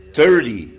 Thirty